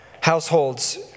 households